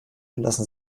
lassen